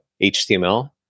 HTML